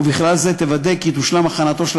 ובכלל זה תוודא כי תושלם הכנתו של